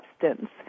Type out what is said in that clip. substance